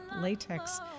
latex